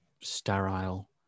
sterile